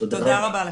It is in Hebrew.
תודה רבה לך.